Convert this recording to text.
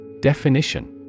Definition